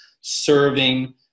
serving